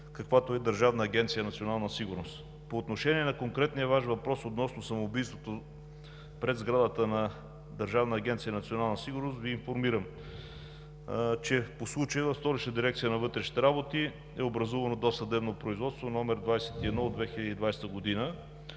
каквато е Държавна агенция „Национална сигурност“. По отношение на конкретния Ви въпрос относно самоубийството пред сградата на Държавна агенция „Национална сигурност“ Ви информирам, че по случая в Столична дирекция на вътрешните работи е образувано досъдебно производство № 21 от 2020 г.